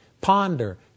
ponder